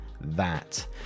that